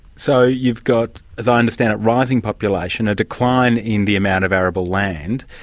so you've got, as i understand it, rising population, a decline in the amount of arable land.